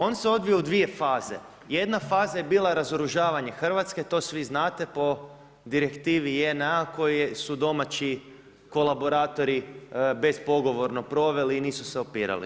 On se odvio u dvije faze, jedna faza je bila razoružavanje Hrvatske, to svi znate po direktivi JNA koju su domaći kolaboratori bespogovorno proveli i nisu se opirali.